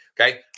okay